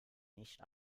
nicht